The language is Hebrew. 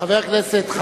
חבר הכנסת נסים זאב,